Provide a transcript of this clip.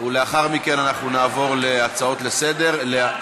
ולאחר מכן נעבור להצעות לסדר-היום,